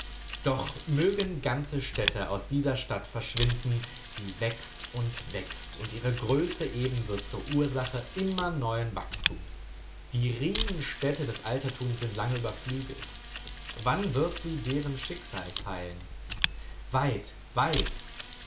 doch mögen ganze städte aus dieser stadt verschwinden sie wächst und wächst und ihre größe eben wird zur ursache immer neuen wachstums die riesenstädte des altertums sind lange überflügelt wann wird sie deren schicksal teilen weit weit